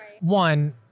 One